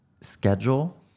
schedule